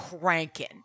cranking